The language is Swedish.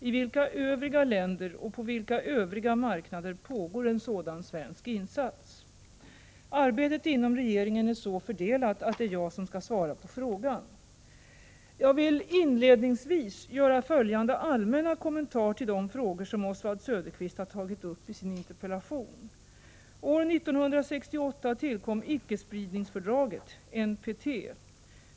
I vilka övriga länder och på vilka övriga marknader pågår en sådan svensk insats? Arbetet inom regeringen är så fördelat att det är jag som skall svara på frågan. Jag vill inledningsvis göra följande allmänna kommentarer till de frågor som Oswald Söderqvist har tagit upp i sin interpellation. År 1968 tillkom icke-spridningsfördraget .